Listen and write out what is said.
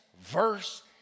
verse